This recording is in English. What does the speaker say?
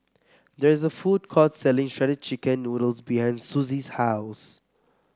there is a food court selling Shredded Chicken Noodles behind Suzy's house